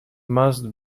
must